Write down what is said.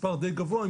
מספר די גבוה,